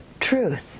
truth